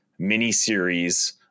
miniseries